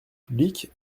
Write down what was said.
public